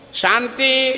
Shanti